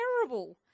terrible